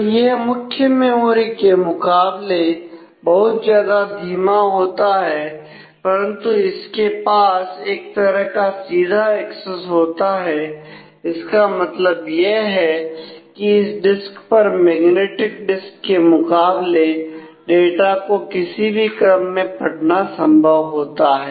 तो यह मुख्य मेमोरी के मुकाबले बहुत ज्यादा धीमा होता है परंतु इसके पास एक तरह का सीधा एक्सेस होता है इसका मतलब यह है कि इस डिस्क पर मैग्नेटिक डिस्क के मुकाबले डाटा को किसी भी क्रम में पढ़ना संभव होता है